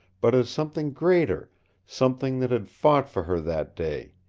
but as something greater something that had fought for her that day,